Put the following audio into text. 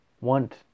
want